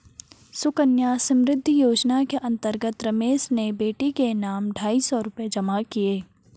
सुकन्या समृद्धि योजना के अंतर्गत रमेश ने बेटी के नाम ढाई सौ रूपए जमा किए